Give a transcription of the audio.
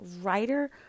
writer